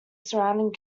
surrounding